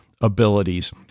abilities